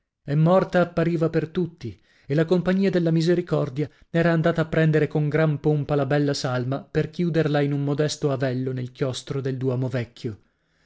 e morta appariva per tutti e la compagnia della misericordia era andata a prendere con gran pompa la bella salma per chiuderla in un modesto avello nel chiostro del duomo vecchio